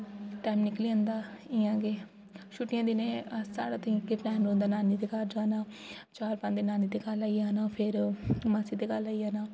time निकली जंदा इ'यां गै छुट्टियें दिनें अअ साढ़ा ते इक्कै प्लेन रौह्ंदा नानी दे घर जाना चार पंज दिन नानी दे घर लाइयै आना फिर मासी दे घर लाइयै आना